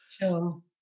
Sure